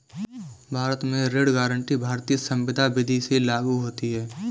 भारत में ऋण गारंटी भारतीय संविदा विदी से लागू होती है